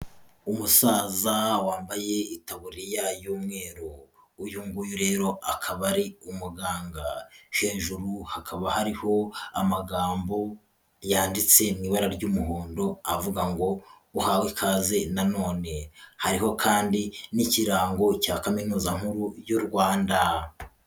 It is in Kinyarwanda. Umusaza wambaye itaburiya y'umweru. Uyu nguyu rero, akaba ari umuganga. Hejuru hakaba hariho amagambo, yanditse mu ibara ry'umuhondo avuga ngo, uhawe ikaze nanone. Hariho kandi n'ikirango cya kaminuza nkuru y'uRwanda.